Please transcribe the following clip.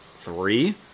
three